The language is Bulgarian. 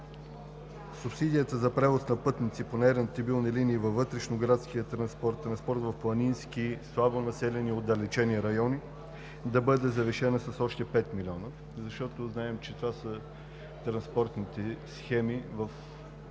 субсидията за превоз на пътници по нерентабилни линии във вътрешноградския транспорт и транспорта в планински, слабо населени, отдалечени райони да бъде завишена с още 5 милиона, защото знаем, че това са транспортните схеми в